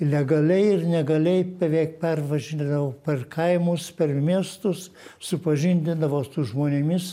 legaliai ir negaliai beveik pervažinėdavau per kaimus per miestus supažindindavo su žmonėmis